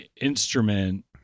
instrument